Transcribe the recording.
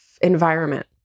environment